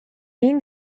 این